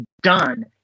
done